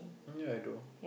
ya I don't